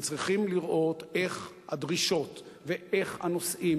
הם צריכים לראות איך הדרישות ואיך הנושאים